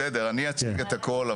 בסדר, אני אציג את הכל.